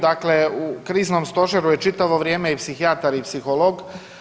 Dakle, u Kriznom stožeru je čitavo vrijeme i psihijatar i psiholog.